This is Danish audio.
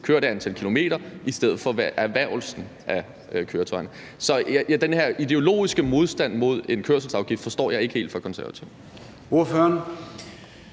kørte antal kilometer i stedet for ved erhvervelsen af køretøjerne. Så den her ideologiske modstand fra Konservative mod en kørselsafgift forstår jeg ikke helt. Kl.